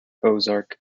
ozark